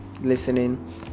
listening